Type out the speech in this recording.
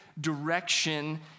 direction